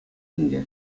ӗнтӗ